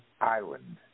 Island